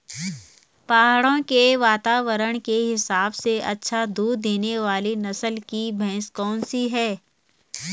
पहाड़ों के वातावरण के हिसाब से अच्छा दूध देने वाली नस्ल की भैंस कौन सी हैं?